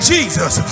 Jesus